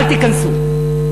אל תיכנסו.